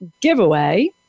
giveaway